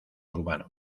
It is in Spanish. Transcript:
urbano